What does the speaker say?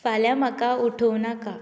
फाल्यां म्हाका उठोंव नाका